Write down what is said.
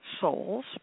souls